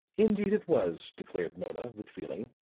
indeed it was, declared mona, with feeling.